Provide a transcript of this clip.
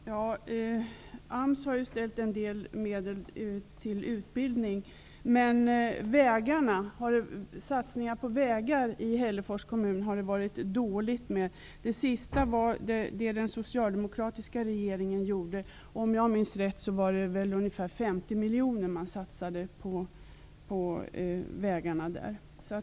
Herr talman! AMS har ju ställt en del medel till förfogande för utbildning, men det har varit dåligt med satsningar på vägar i Hällefors kommun. De sista var de som den socialdemokratiska regeringen gjorde. Om jag minns rätt satsade man ungefär 50 miljoner på vägarna där.